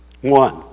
one